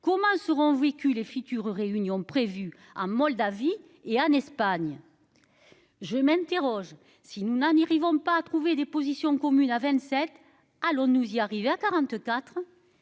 comment seront vécu les futures réunions prévues en Moldavie et en Espagne. Je m'interroge, si nous n'a n'y arrivons pas à trouver des positions communes à 27. Allons nous y arriver à 44.